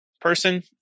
person